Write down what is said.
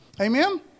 Amen